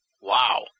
Wow